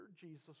Jesus